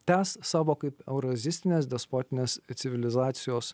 tęs savo kaip eurozistinės despotinės civilizacijos